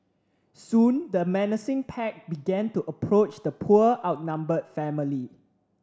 soon the menacing pack began to approach the poor outnumbered family